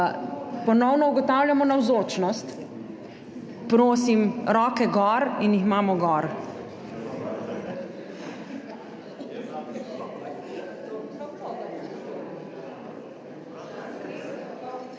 Ponovno ugotavljamo navzočnost. Prosim, roke gor in jih imamo gor.